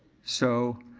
so,